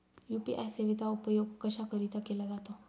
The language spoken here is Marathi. यू.पी.आय सेवेचा उपयोग कशाकरीता केला जातो?